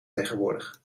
tegenwoordig